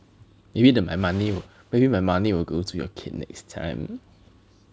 maybe the my money will maybe my money will go to your kid next time